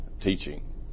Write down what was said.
teaching